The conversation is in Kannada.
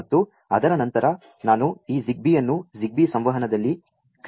ಮತ್ತು ಅದರ ನಂ ತರ ನಾ ನು ಈ ZigBee ಅನ್ನು ZigBee ಸಂ ವಹನದಲ್ಲಿ ಕ್ರಿಯೆಯಲ್ಲಿ ತೋ ರಿಸಲಿದ್ದೇ ನೆ